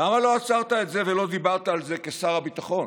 למה לא עצרת את זה ולא דיברת על זה כשר הביטחון?